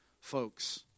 folks